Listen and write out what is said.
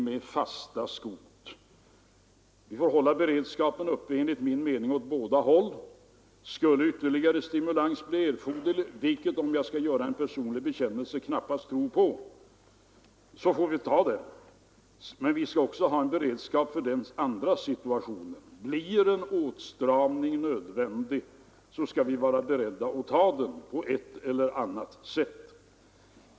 Vi måste enligt min mening hålla beredskapen uppe åt båda hållen. Skulle ytterligare stimulans bli erforderlig — vilket jag, om jag skall göra en personlig bekännelse, knappast tror på — får vi ta den. Men vi skall också ha en beredskap för den andra situationen; blir en åtstramning nödvändig, skall vi vara beredda att genomföra den på ett eller annat sätt.